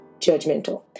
judgmental